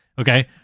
Okay